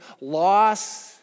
loss